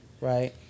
right